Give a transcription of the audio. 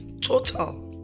total